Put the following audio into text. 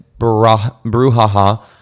brouhaha